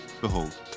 Behold